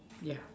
yeah